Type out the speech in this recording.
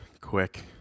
quick